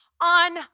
on